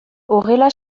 horrela